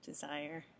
Desire